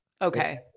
Okay